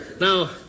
Now